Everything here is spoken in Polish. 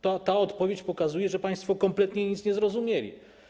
Ta odpowiedź pokazuje, że państwo kompletnie nic nie zrozumieli.